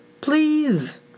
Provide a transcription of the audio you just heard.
Please